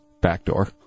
backdoor